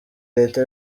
leta